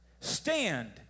Stand